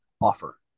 offer